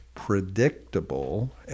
predictable